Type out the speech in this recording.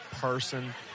person